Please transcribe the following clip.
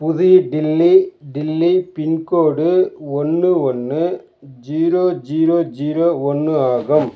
புது டில்லி டில்லி பின்கோடு ஒன்று ஒன்று ஜீரோ ஜீரோ ஜீரோ ஒன்று ஆகும்